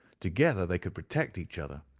together they could protect each other,